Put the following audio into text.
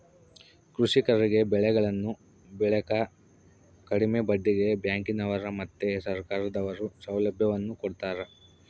ಕೃಷಿಕರಿಗೆ ಬೆಳೆಗಳನ್ನು ಬೆಳೆಕ ಕಡಿಮೆ ಬಡ್ಡಿಗೆ ಬ್ಯಾಂಕಿನವರು ಮತ್ತೆ ಸರ್ಕಾರದವರು ಸೌಲಭ್ಯವನ್ನು ಕೊಡ್ತಾರ